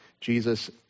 Jesus